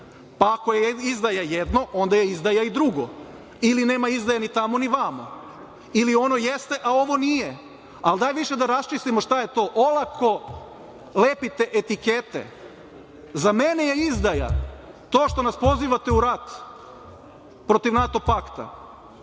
pa ako je izdaja jedno, onda je izdaja i drugo, ili nema izdaje ni tamo ni vamo, ili ono jeste, a ovo nije, al dajte više da rasčistimo šta je olako, lepite etikete.Za mene je izdaja to što nas pozivate u rat, protiv NATO pakta,